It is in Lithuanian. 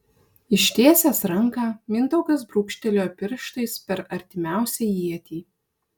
ištiesęs ranką mindaugas brūkštelėjo pirštais per artimiausią ietį